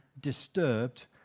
disturbed